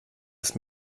ist